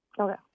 Okay